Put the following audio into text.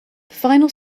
final